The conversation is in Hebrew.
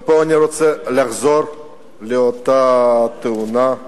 ופה אני רוצה לחזור לאותה תאונה,